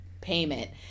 payment